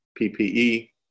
PPE